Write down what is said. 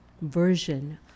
version